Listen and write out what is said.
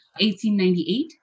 1898